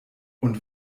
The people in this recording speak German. und